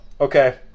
okay